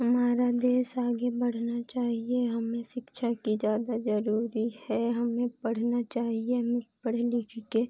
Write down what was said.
हमारा देश आगे बढ़ना चाहिए हमें शिक्षा की ज़्यादा ज़रूरी है हमें पढ़ना चाहिए हमें पढ़ लिखकर